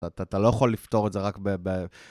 אתה לא יכול לפתור את זה רק ב...